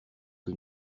que